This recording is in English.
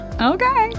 Okay